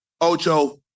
Ocho